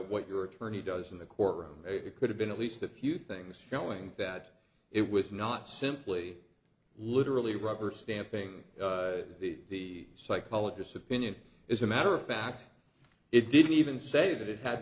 what your attorney does in the courtroom it could have been at least a few things feeling that it was not simply literally rubber stamping the psychologist's opinion is a matter of fact it didn't even say that it had